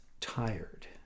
tired